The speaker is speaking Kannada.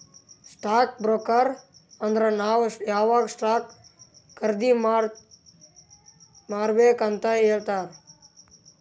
ಸ್ಟಾಕ್ ಬ್ರೋಕರ್ ಅಂದುರ್ ನಾವ್ ಯಾವಾಗ್ ಸ್ಟಾಕ್ ಖರ್ದಿ ಮತ್ ಮಾರ್ಬೇಕ್ ಅಂತ್ ಹೇಳ್ತಾರ